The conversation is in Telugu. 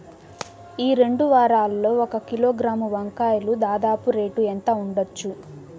ఈ రెండు వారాల్లో ఒక కిలోగ్రాము వంకాయలు దాదాపు రేటు ఎంత ఉండచ్చు?